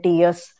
years